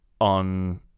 on